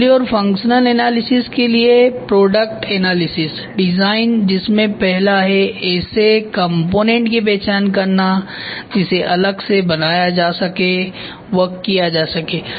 assembly और functional analysis के लिए प्रोडक्ट एनालिसिस डिज़ाइन जिसमे पहला है ऐसे कॉम्पोनेन्ट की पहचान करना जिसे अलग से बनाया जा सके व असेम्बल किया जा सके